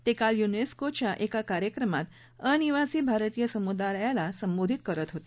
ते काल युनेस्कोच्या एका कार्यक्रमात अनिवासी भारतीय समुदायाला संबोधित करत होते